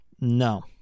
No